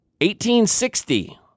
1860